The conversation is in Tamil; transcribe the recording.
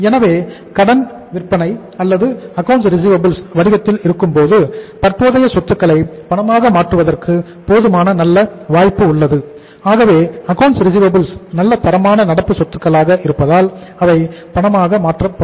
எனவே கடன் விற்பனை அல்லது அக்கவுண்ட்ஸ் ரிசிவபில்ஸ் நல்ல தரமான நடப்பு சொத்துக்களாக இருந்தால் அவை பணமாக மாற்றப்படும்